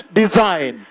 design